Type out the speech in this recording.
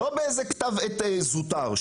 לא באיזה כתב עת זוטר,